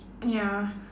ya